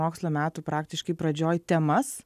mokslo metų praktiškai pradžioj temas